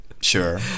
sure